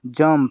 jump